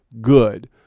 good